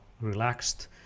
relaxed